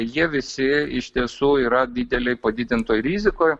jie visi iš tiesų yra didelėj padidintoj rizikoj